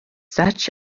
such